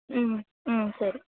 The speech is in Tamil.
ம் ம் சரி